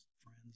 friends